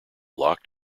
locked